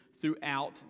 throughout